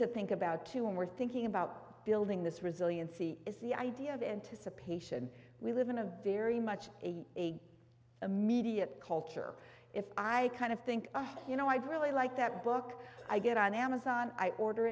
to think about too and we're thinking about building this resiliency is the idea of anticipation we live in a very much a immediate culture if i kind of think you know i'd really like that book i get on amazon i order